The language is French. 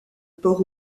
port